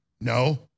No